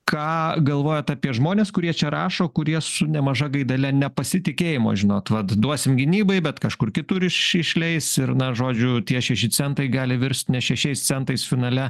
ką galvojat apie žmones kurie čia rašo kurie su nemaža gaidele nepasitikėjimo žinot vat duosim gynybai bet kažkur kitur iš išleis ir na žodžiu tie šeši centai gali virst ne šešiais centais finale